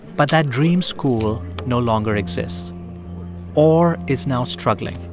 but that dream school no longer exists or is now struggling.